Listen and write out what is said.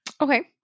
Okay